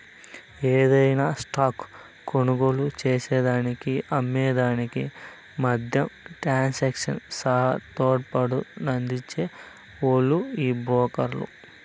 యాదైన స్టాక్ కొనుగోలు చేసేదానికి అమ్మే దానికి మద్యం ట్రాన్సాక్షన్ సహా తోడ్పాటునందించే ఓల్లు ఈ బ్రోకర్లు